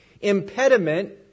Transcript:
impediment